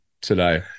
today